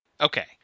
okay